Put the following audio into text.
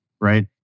right